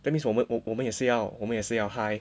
that means 我们我我们也是要我们也是要 hi